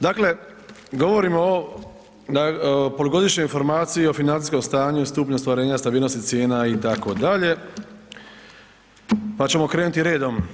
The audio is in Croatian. Dakle, govorimo o polugodišnjoj informaciji o financijskom stanju i stupnju ostvarenja stabilnosti cijena itd., pa ćemo krenuti redom.